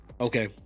Okay